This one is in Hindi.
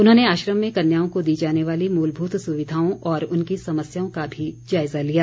उन्होंने आश्रम में कन्याओं को दी जाने वाली मूलभूत सुविधाओं और उनकी समस्याओं का भी जायजा लिया